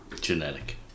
genetic